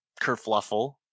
kerfluffle